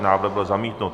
Návrh byl zamítnut.